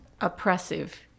oppressive